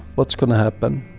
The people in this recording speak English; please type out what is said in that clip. what's going to happen?